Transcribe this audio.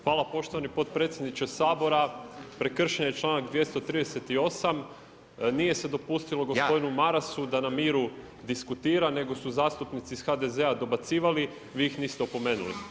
Hvala poštovani potpredsjedniče Sabora, prekršen je čl. 238. nije se dopustilo gospodinu Marasu da na miru diskutira, nego su zastupnici iz HDZ-a dobacivali, a vi ih niste opomenuli.